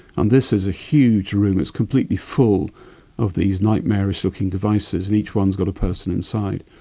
and this is a huge room, it's completely full of these nightmarish looking devices, and each one has got a person inside.